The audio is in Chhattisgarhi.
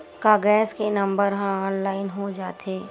का गैस के नंबर ह ऑनलाइन हो जाथे?